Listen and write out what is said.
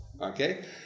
Okay